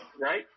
right